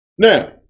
Now